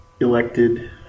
elected